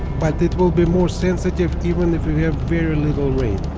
but it will be more sensitive even if you have very little rain